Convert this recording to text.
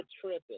tripping